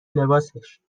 لباسش